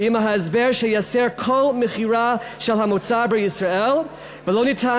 עם ההסבר שתיאסר כל מכירה של המוצר בישראל ולא ניתן